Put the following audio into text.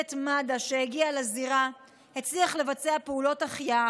צוות מד"א שהגיע לזירה הצליח לבצע פעולות החייאה,